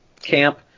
camp